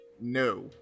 No